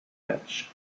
match